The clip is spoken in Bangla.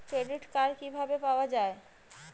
ক্রেডিট কার্ড কিভাবে পাওয়া য়ায়?